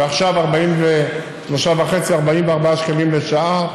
ועכשיו 43.5 44 שקלים לשעה,